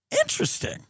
Interesting